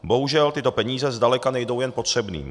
Bohužel tyto peníze zdaleka nejdou jen potřebným.